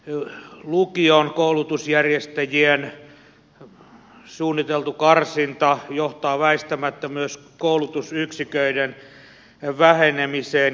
esimerkiksi lukiokoulutuksen järjestäjien suunniteltu karsinta johtaa väittämättä myös koulutusyksiköiden vähenemiseen